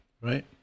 right